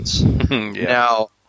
Now